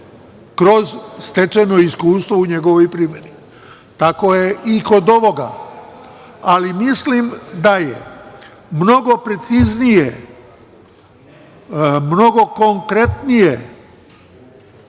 kroz stečeno iskustvo u njegovoj primeni. Tako je i kod ovoga, ali mislim da je mnogo preciznije, mnogo konkretnije